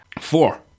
four